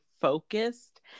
focused